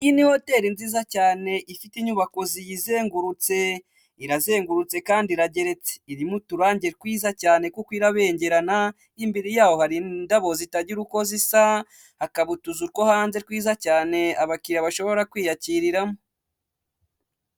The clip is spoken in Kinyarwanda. Iyi ni hoteli nziza cyane ifite inyubako ziyizengurutse, irazengurutse kandi irageretse, irimo uturangi twiza cyane, kuko irabengerana, imbere yaho hari indabo zitagira uko zisa, hakaba utuzu two hanze twiza cyane, abakiriya bashobora kwiyakiriramo.